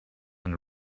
and